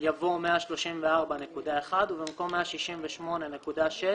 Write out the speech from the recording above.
יבוא "134.1" ובמקום "168.6"